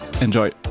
enjoy